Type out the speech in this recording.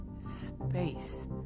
space